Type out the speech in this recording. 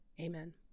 Amen